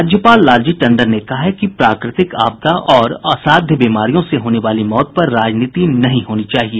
राज्यपाल लालजी टंडन ने कहा है कि प्राकृतिक आपदा और असाध्य बीमारियों से होने वाली मौत पर राजनीति नहीं होनी चाहिए